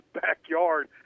backyard